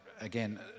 again